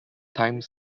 times